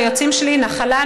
והיועצים שלי נחלה,